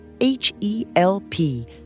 H-E-L-P